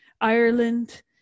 Ireland